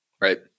Right